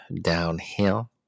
Downhill